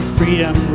freedom